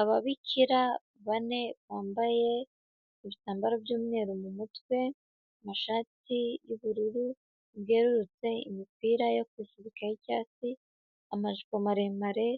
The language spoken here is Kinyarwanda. Ababikira bane bambaye ibitambaro by'umweru mu mutwe, amashati y'ubururu bwerurutse, imipira yo kwifibika y'icyatsi, amajipo maremare